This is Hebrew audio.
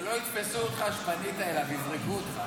שלא יתפסו אותך שפנית אליו, יזרקו אותך.